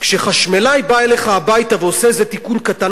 כשחשמלאי בא אליך הביתה ועושה איזה תיקון קטן,